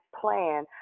plan